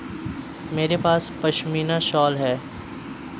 मेरे पास पशमीना शॉल है